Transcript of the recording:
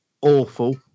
Awful